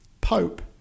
pope